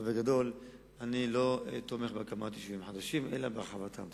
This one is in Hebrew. אבל בגדול אני לא תומך בהקמת יישובים חדשים אלא בהרחבת יישובים קיימים.